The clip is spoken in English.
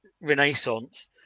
renaissance